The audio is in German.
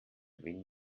wen